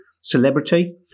celebrity